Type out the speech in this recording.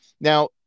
Now